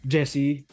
Jesse